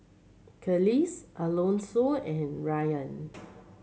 Kelis Alonso and Rayan